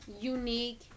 unique